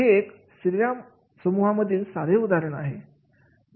हे एक श्रीराम समूहामध्ये साधे उदाहरण आहे आहे